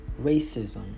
racism